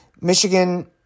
Michigan